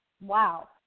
Wow